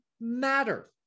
matter